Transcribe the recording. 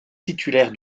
titulaire